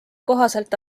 kohaselt